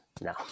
No